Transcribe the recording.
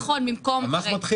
הצוות מסיים